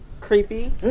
creepy